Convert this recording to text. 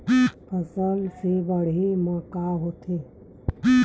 फसल से बाढ़े म का होथे?